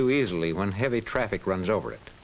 too easily when heavy traffic runs over it